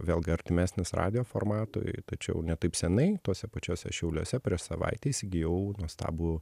vėlgi artimesnis radijo formatui tačiau ne taip senai tuose pačiuose šiauliuose prieš savaitę įsigijau nuostabų